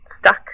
stuck